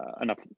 enough